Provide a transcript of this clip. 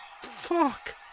fuck